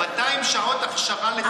200 שעות הכשרה לטכנאי מזגנים,